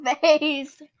face